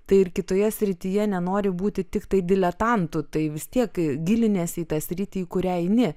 tai ir kitoje srityje nenori būti tiktai diletantu tai vis tiek giliniesi į tą sritį į kurią eini